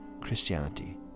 Christianity